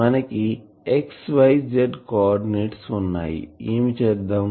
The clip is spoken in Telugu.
మనకి XYZ కో ఆర్డినెట్స్ వున్నాయిఏమి చేద్దాం